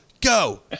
go